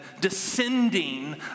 descending